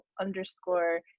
underscore